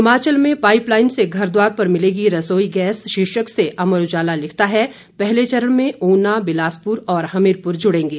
हिमाचल में पाइपलाइन से घर द्वार पर मिलेगी रसोई गैस शीर्षक से अमर उजाला लिखता है पहले चरण में ऊना बिलासपुर और हमीरपुर जुड़ेंगे